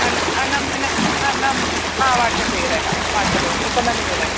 ആ ആ വാട്ട്സാപ്പ് ചെയ്തേക്കാം വാട്ട്സാപ്പ് ചെയ്തേക്കാം ഇപ്പം തന്നെ ചെയ്തേക്കാം